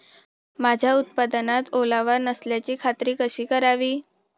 माझ्या उत्पादनात ओलावा नसल्याची खात्री कशी करावी?